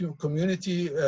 Community